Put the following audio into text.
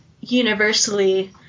universally